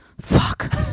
fuck